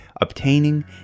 obtaining